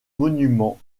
monuments